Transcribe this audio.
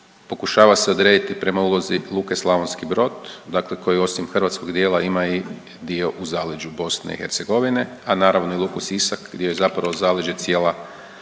pokušava se odrediti prema ulozi luke Slavonski Brod, dakle koja osim hrvatskog dijela ima i dio u zaleđu BiH, a naravno i luku Sisak gdje je zapravo zaleđe cijela središnja